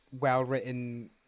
well-written